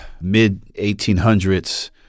mid-1800s